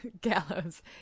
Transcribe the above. gallows